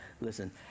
Listen